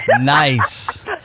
Nice